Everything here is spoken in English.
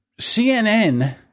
CNN